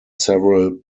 several